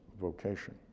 vocation